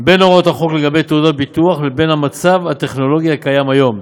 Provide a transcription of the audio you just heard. בין הוראות החוק לגבי תעודות ביטוח לבין המצב הטכנולוגי הקיים היום.